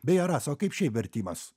beje rasa o kaip šiaip vertimas